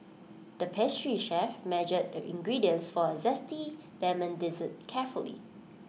the pastry chef measured the ingredients for A Zesty Lemon Dessert carefully